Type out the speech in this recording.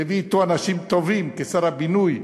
והביא אתו אנשים טובים, כשר הבינוי,